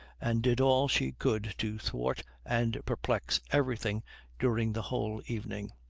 and did all she could to thwart and perplex everything during the whole evening.